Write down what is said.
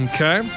Okay